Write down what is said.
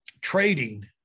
trading